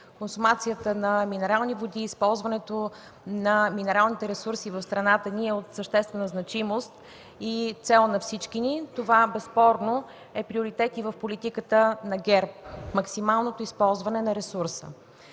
консумацията на минерални води, използването на минералните ресурси в страната ни, имат съществена значимост и е цел на всички ни. Това безспорно е приоритет в политиката на ГЕРБ – максималното използване на ресурса.